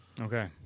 Okay